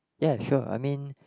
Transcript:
ya sure I mean